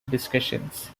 discussions